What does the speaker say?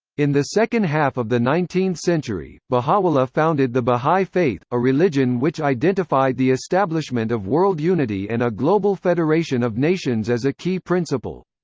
in the second half of the nineteenth century, baha'u'llah founded the baha'i faith, a religion which identified the establishment of world unity and a global federation of nations as a key principle.